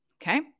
okay